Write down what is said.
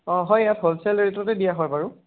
অঁ হয় ইয়াত হলচেল ৰেটতে দিয়া হয় বাৰু